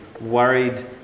worried